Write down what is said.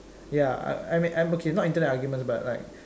ya I I mean okay not Internet arguments but like